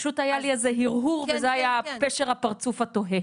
פשוט היה לי איזה הרהור וזה היה פשר הפרצוף התוהה.